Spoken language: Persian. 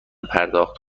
پرداخت